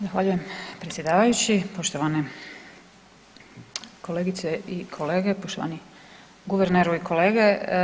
Zahvaljujem predsjedavajući, poštovane kolegice i kolege, poštovani guverneru i kolege.